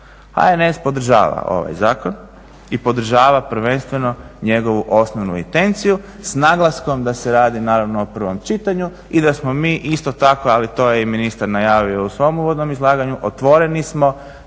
HNS podržava ovaj zakon i podržava prvenstveno njegovu osnovnu intenciju s naglaskom da se radi naravno o prvom čitanju i da smo mi isto tako ali to je i ministar najavio u svom uvodnom izlaganju otvoreni smo